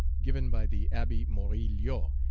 given by the abbe moril